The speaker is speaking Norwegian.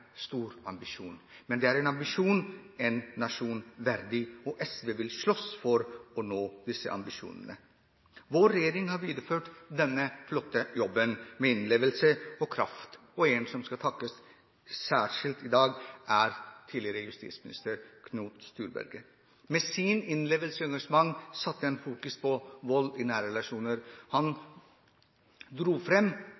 stor ambisjon. Men det er en ambisjon en nasjon verdig. SV vil slåss for å nå denne ambisjonen. Vår regjering har videreført denne flotte jobben med innlevelse og kraft. En som skal takkes særskilt i dag, er tidligere justisminister Knut Storberget. Med sin innlevelse og sitt engasjement satte han fokus på vold i